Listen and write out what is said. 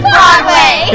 Broadway